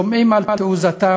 אז שומעים על תעוזתם,